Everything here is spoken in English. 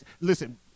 Listen